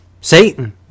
Satan